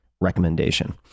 recommendation